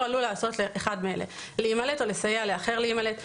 עלול לעשות אחד מאלה: להימלט או לסייע לאחר להימלט,